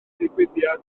digwyddiad